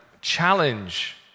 challenge